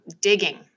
digging